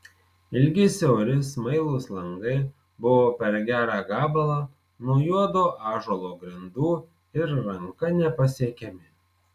ilgi siauri smailūs langai buvo per gerą gabalą nuo juodo ąžuolo grindų ir ranka nepasiekiami